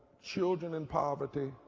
children in poverty.